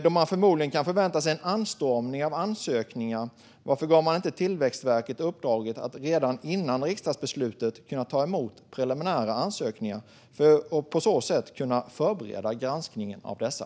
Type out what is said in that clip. Då man förmodligen kan förvänta sig en anstormning av ansökningar, varför gav man inte Tillväxtverket i uppdrag att redan innan riksdagsbeslutet ta emot preliminära ansökningar och på så sätt kunna förbereda granskningen av dessa?